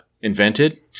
invented